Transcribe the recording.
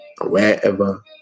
wherever